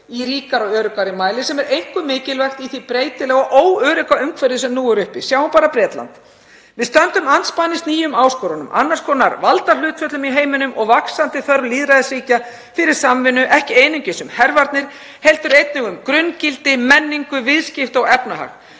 í ríkara og öruggara mæli sem er einkum mikilvægt í því breytilega og óörugga umhverfi sem nú er uppi, sjáum bara Bretland. Við stöndum andspænis nýjum áskorunum, annars konar valdahlutföllum í heiminum og vaxandi þörf lýðræðisríkja fyrir samvinnu, ekki einungis um hervarnir heldur einnig um grunngildi, menningu, viðskipti og efnahag.